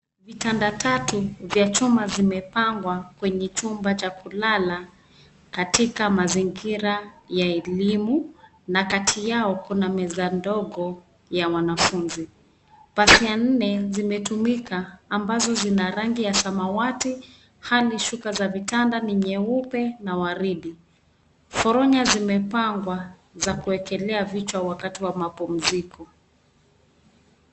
Vitanda tatu vya chuma zimepangwa kwenye chumba cha kulala katika mazingira ya elimu na kati yao kuna meza ndogo ya wanafunzi. Pazia nne zimetumika ambazo zina rangi ya samawati, hadi shuka za vitanda ni nyeupe na waridi. Foronya zimepangwa za kuwekelea vichwa wakati wa mapumziko.